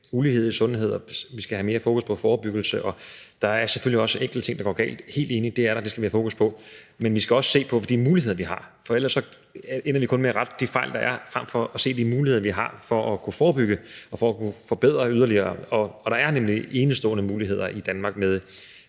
ulighed i sundhed, og vi skal have mere fokus på forebyggelse. Og der er selvfølgelig også enkelte ting, der går galt – helt enig, det er der – og det skal vi have fokus på. Men vi skal også se på de muligheder, vi har, for ellers ender vi med kun at rette de fejl, der er, frem for at se de muligheder, vi har, for at kunne forebygge og forbedre yderligere. Der er nemlig enestående muligheder i Danmark med